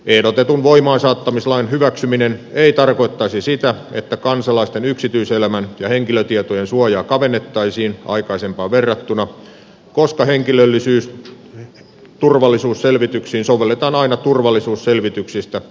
ehdotetun voimaansaattamislain hyväksyminen ei tarkoittaisi sitä että kansalaisten yksityiselämän ja henkilötietojen suojaa kavennettaisiin aikaisempaan verrattuna koska henkilöllisyysturvallisuusselvityksiin sovelletaan aina turvallisuusselvityksistä annettua lakia